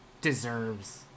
deserves